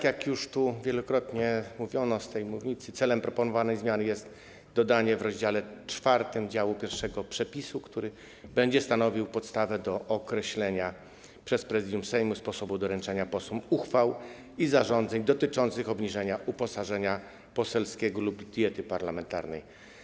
Jak już wielokrotnie padało z tej mównicy, celem proponowanej zmiany jest dodanie w dziale I w rozdziale 4 przepisu, który będzie stanowił podstawę do określenia przez Prezydium Sejmu sposobu doręczania posłom uchwał i zarządzeń dotyczących obniżenia uposażenia poselskiego lub diety parlamentarnej.